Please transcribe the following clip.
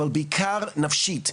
אבל בעיקר נפשית,